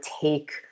take